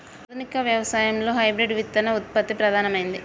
ఆధునిక వ్యవసాయం లో హైబ్రిడ్ విత్తన ఉత్పత్తి ప్రధానమైంది